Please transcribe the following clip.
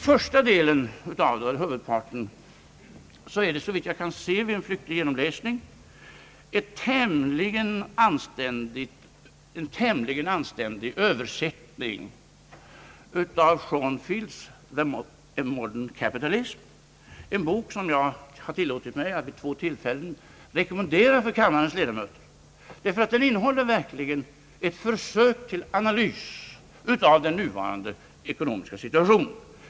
Aktstyckets första del utgör, såvitt jag kan se vid en flyktig genomläsning, en tämligen anständig översättning av Schonfields »The Modern Capitalist», en bok som jag har tillåtit mig att vid två tillfällen rekommendera för kammarens ledamöter, därför att den verkligen innehåller ett försök till analys av den nuvarande ekonomiska situationen.